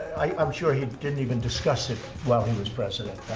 i'm sure he didn't even discuss it while he was president,